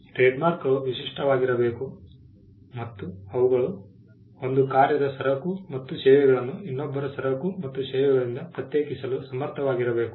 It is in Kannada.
ಟ್ರೇಡ್ಮಾರ್ಕ್ಗಳು ವಿಶಿಷ್ಟವಾಗಿರಬೇಕು ಮತ್ತು ಅವುಗಳು ಒಂದು ಕಾರ್ಯದ ಸರಕು ಮತ್ತು ಸೇವೆಗಳನ್ನು ಇನ್ನೊಬ್ಬರ ಸರಕು ಮತ್ತು ಸೇವೆಗಳಿಂದ ಪ್ರತ್ಯೇಕಿಸಲು ಸಮರ್ಥವಾಗಿರಬೇಕು